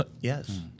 Yes